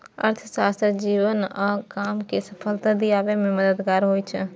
अर्थशास्त्र जीवन आ काम कें सफलता दियाबे मे मददगार होइ छै